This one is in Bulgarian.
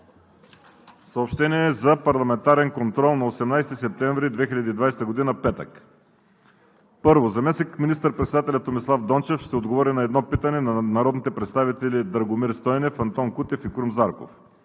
Съобщения за парламентарен контрол на 18 септември 2020 г., петък: 1. Заместник министър-председателят Томислав Дончев ще отговори на едно питане от народните представители Драгомир Стойнев, Антон Кутев и Крум Зарков.